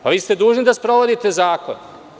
Vi ste dužni da sprovodite zakon.